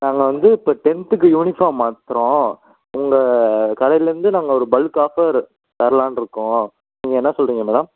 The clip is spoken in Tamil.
நாங்கள் வந்து இப்போ டென்த்துக்கு யூனிஃபார்ம் மாற்றுறோம் உங்கள் கடையிலேந்து நாங்கள் ஒரு பல்க் ஆஃபர் தர்லான்ருக்கோம் நீங்கள் என்ன சொல்லுறீங்க மேடம்